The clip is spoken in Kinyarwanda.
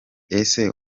ese